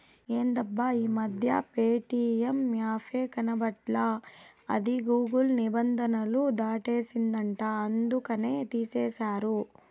ఎందబ్బా ఈ మధ్యన ప్యేటియం యాపే కనబడట్లా అది గూగుల్ నిబంధనలు దాటేసిందంట అందుకనే తీసేశారు